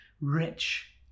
rich